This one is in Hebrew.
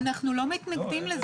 אנחנו לא מתנגדים לזה.